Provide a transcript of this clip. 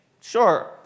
Sure